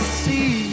see